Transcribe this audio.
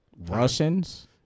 Russians